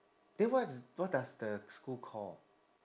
then what's what does the school call